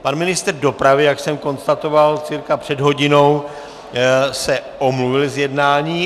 Pan ministr dopravy, jak jsem konstatoval cca před hodinou, se omluvil z jednání.